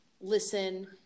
listen